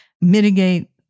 mitigate